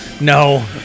No